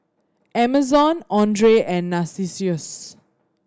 Amazon Andre and Narcissus